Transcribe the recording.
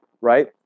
right